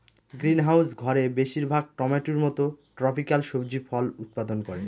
greenhouse ঘরে বেশির ভাগ টমেটোর মত ট্রপিকাল সবজি ফল উৎপাদন করে